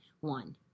one